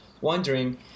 wondering